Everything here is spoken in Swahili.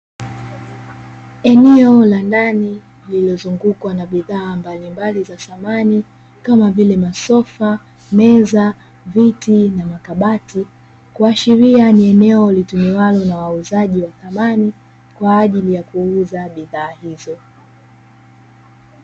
Eneo la ndani lililozungukwa na bidhaa mbalimbali za samani kama vile: masofa, meza, viti pamoja na makabati, kuashiria ni eneo litumiwalo na wauzaji wa bidhaa za samani kwa ajili ya kuuza bidhaa hizo.